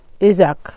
Isaac